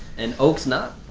and oakes not?